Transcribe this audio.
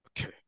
okay